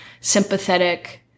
sympathetic